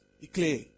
declare